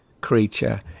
creature